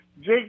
Jake